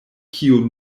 kio